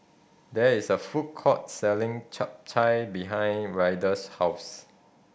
there is a food court selling Chap Chai behind Ryder's house